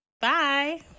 Bye